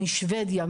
משוודיה,